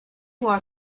moi